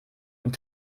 und